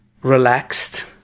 relaxed